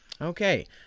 Okay